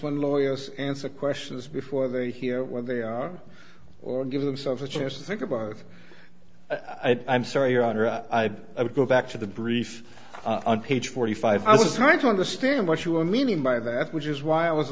when lawyers answer questions before they hear what they are or give themselves a chance to think about i'm sorry your honor i would go back to the brief on page forty five i was trying to understand what you were meaning by that which is why i was